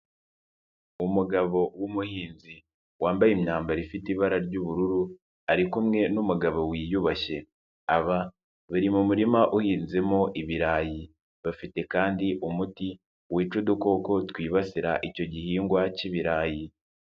Umugabo w'umuhinzi wambaye imyambaro ifite ibara ry'ubururu ari kumwe n'umugabo wiyubashyE. Aba bari mu murima uhinzemo ibirayi, bafite kandi umuti wica udukoko twibasira icyo gihingwa cy'ibirayi.